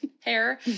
hair